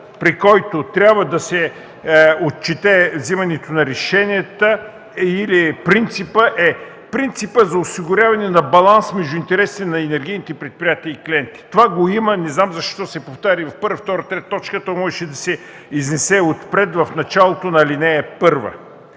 при който трябва да се отчете вземането на решенията или принципа е принципът за осигуряване на баланс между интересите на енергийните предприятия и клиентите. Това го има, не знам защо се повтаря в първа, във втора и в трета точка, след като можеше да се изнесе отпред, в началото на ал. 1.